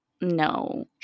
No